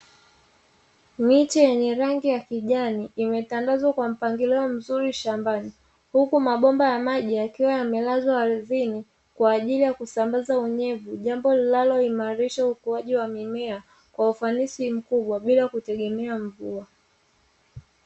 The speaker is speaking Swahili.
Miche yenye rangi ya kijani imetandazwa kwa mpangilio mzuri shambani, huku mabomba ya maji yakiwa yamelazwa ardhini kwa ajili ya kusambaza unyevu, jambo linaloimarisha ukuaji wa mimea kwa ufanisi mkubwa bila kutegemea mvua.